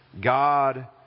God